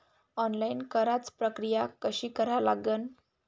Online कराच प्रक्रिया कशी करा लागन?